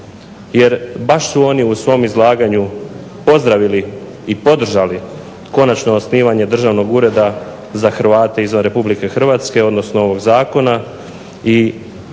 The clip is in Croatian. jer baš su oni u svom izlaganju pozdravili i podržali konačno osnivanje Državnog ureda za Hrvate izvan Republike Hrvatske, odnosno ovog zakona